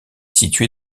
située